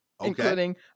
including